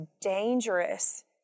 dangerous